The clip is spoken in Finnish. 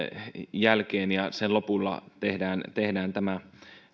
jälkeen ja sen lopulla tehdään tehdään tämä